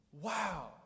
Wow